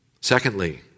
Secondly